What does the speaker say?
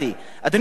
אדוני היושב-ראש,